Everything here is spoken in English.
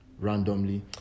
randomly